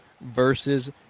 versus